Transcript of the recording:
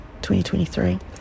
2023